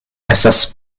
estas